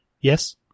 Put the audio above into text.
Yes